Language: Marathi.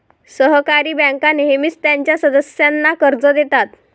सहकारी बँका नेहमीच त्यांच्या सदस्यांना कर्ज देतात